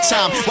Time